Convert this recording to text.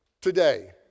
today